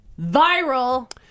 viral